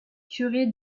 curé